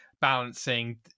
balancing